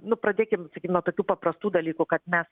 nu pradėkim nuo tokių paprastų dalykų kad mes